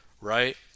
Right